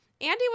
Andy